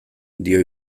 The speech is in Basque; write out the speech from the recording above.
dio